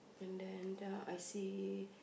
and the and the I see